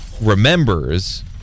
Remembers